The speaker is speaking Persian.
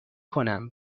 کنم